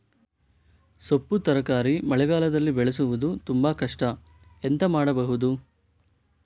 ಸೊಪ್ಪು ತರಕಾರಿ ಮಳೆಗಾಲದಲ್ಲಿ ಬೆಳೆಸುವುದು ತುಂಬಾ ಕಷ್ಟ ಎಂತ ಮಾಡಬಹುದು?